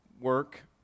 work